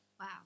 Wow